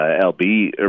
LB